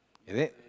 is it